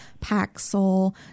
Paxil